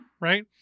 Right